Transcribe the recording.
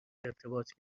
ارتباط